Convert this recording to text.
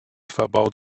verbaut